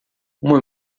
uma